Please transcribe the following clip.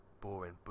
boring